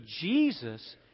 Jesus